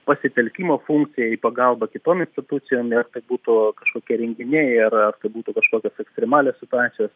pasitelkimo funkcija į pagalbą kitom institucijom ir būtų kažkokie renginiai ir būtų kažkokios ekstremalios situacijos